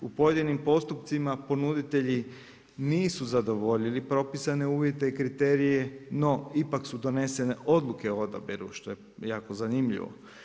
U pojedinim postupcima, ponuditelji nisu zadovoljili propisane uvijete i kriterije, no ipak su donesene odluke o odabiru, što je jako zanimljivo.